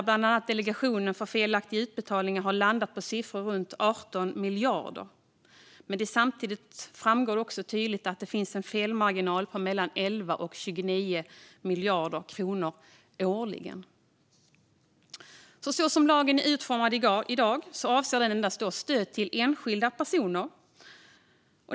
Bland annat har Delegationen för korrekta utbetalningar landat på siffror runt 18 miljarder, men det framgår samtidigt tydligt att det finns en felmarginal på 11-29 miljarder kronor årligen. Så som lagen är utformad i dag avser den endast stöd till enskilda personer.